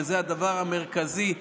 שזה הדבר המרכזי,